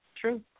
True